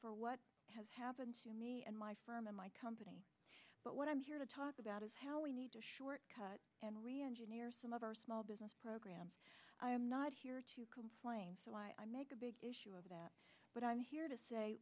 for what has happened to me and my firm and my company but what i'm here to talk about is how we need to shortcut and reengineer some of our small business programs i'm not here to complain so i make a big issue of that but i'm here to say